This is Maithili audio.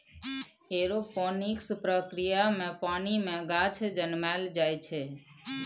एरोपोनिक्स प्रक्रिया मे पानि मे गाछ जनमाएल जाइ छै